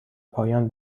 پایان